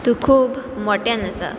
तूं खूब मोट्यान आसा